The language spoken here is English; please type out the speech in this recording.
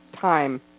time